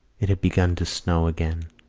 it had begun to snow again.